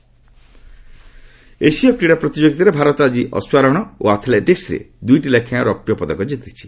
Asian game ଏସୀୟ କ୍ରୀଡ଼ା ପ୍ରତିଯୋଗିତାରେ ଭାରତ ଆଜି ଅଶ୍ୱାରୋହଣ ଓ ଆଥ୍ଲେଟିକ୍ରେ ଦୁଇଟି ଲେଖାଏଁ ରୌପ୍ୟ ପଦକ କ୍ରିତିଛି